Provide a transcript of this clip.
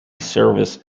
service